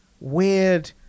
weird